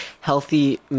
healthy